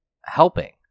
helping